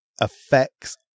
affects